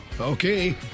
Okay